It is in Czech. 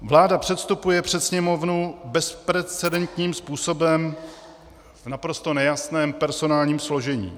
Vláda předstupuje před Sněmovnu bezprecedentním způsobem v naprosto nejasném personálním složení.